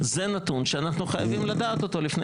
זה נתון שאנחנו חייבים לדעת אותו לפני